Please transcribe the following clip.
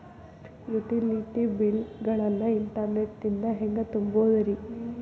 Utility bill ಗಳನ್ನ internet ನಿಂದ ಹೆಂಗ್ ತುಂಬೋದುರಿ?